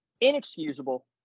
inexcusable